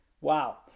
Wow